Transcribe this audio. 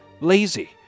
lazy